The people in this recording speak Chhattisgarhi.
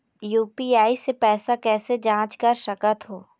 यू.पी.आई से पैसा कैसे जाँच कर सकत हो?